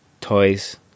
toys